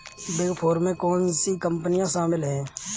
Big four में कौन सी कंपनियाँ शामिल हैं?